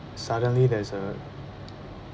suddenly there's a